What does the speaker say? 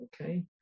Okay